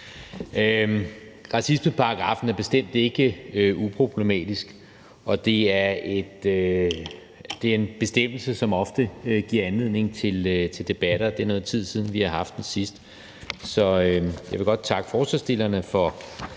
er bestemt ikke uproblematisk, og det er en bestemmelse, som ofte giver anledning til debatter. Det er noget tid siden, vi har haft det sidst. Så jeg vil godt takke forslagsstillerne for